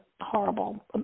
horrible